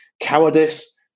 cowardice